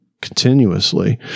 continuously